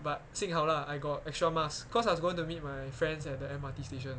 but 幸好 lah I got extra mask cause I was going to meet my friends at the M_R_T station